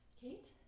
Kate